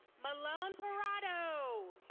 malone perroto.